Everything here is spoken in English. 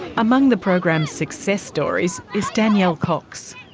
among the program's success stories is danielle coxon